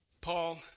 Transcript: Paul